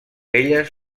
elles